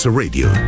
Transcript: radio